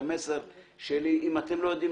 אני יודע,